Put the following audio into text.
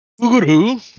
google